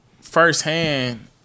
firsthand